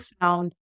found